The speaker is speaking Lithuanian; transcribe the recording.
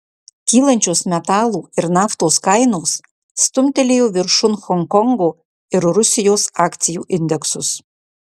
kylančios metalų ir naftos kainos stumtelėjo viršun honkongo ir rusijos akcijų indeksus